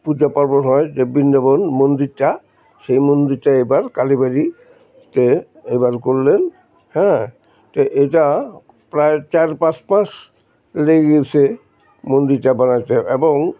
পূজা পার্বণ হয় যে বৃন্দাবন মন্দিরটা সেই মন্দিরটা এবার কালীবাড়িতে এবার করলেন হ্যাঁ তো এটা প্রায় চার পাঁচ মাস লেগেছে মন্দিরটা বানাতে এবং